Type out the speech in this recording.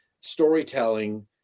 storytelling